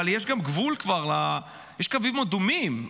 אבל יש גם גבול כבר, יש קווים אדומים.